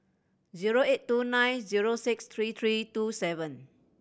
zero eight two nine zero six three three two seven